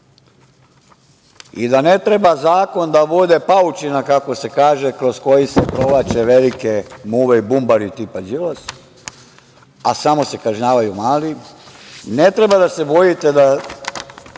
i da ne treba zakon da bude paučina, kako se kaže, kroz koju se provlače velike muve i bumbari, tipa Đilas, a samo se kažnjavaju mali. Ne treba da se bojite da